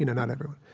you know not everyone.